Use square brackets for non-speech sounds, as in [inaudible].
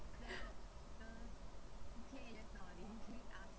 [laughs]